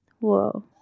Whoa